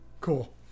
Cool